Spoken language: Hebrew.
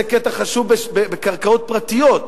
זה קטע חשוב בקרקעות פרטיות,